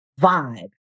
vibe